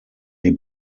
die